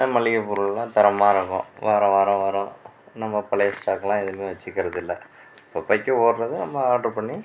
மளிகை பொருள்லான் தரமாருக்கும் வார வாரம் வரும் நம்ப பழைய ஸ்டாக்லான் எதுவுமே வச்சிக்கறதில்லை அப்பைக்கு ஓடுறதை நம்ப ஆர்ட்ரு பண்ணி